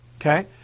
Okay